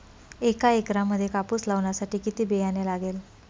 एका एकरामध्ये कापूस लावण्यासाठी किती बियाणे लागेल?